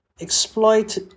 exploit